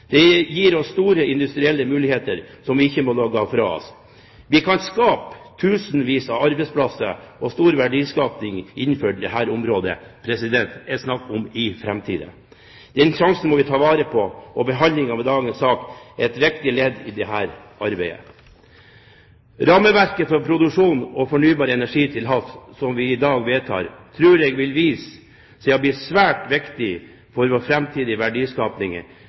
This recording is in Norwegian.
Dette gir oss store industrielle muligheter som vi ikke må la gå fra oss. Vi kan skape tusenvis av arbeidsplasser og få stor verdiskaping innenfor dette området i framtiden. Denne sjansen må vi ta vare på, og behandlingen av dagens sak er et viktig ledd i dette arbeidet. Rammeverket for produksjon av fornybar energi til havs, som vi i dag vedtar, tror jeg vil vise seg å bli svært viktig for vår